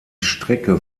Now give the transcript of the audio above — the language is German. strecke